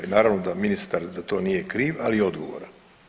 I naravno da ministar za to nije kriv, ali je odgovoran.